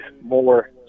more